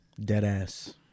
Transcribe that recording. Deadass